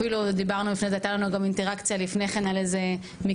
אפילו הייתה לנו אינטראקציה לפני כן על איזה מקרה